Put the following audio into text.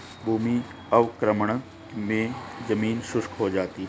भूमि अवक्रमण मे जमीन शुष्क हो जाती है